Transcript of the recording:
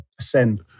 ascend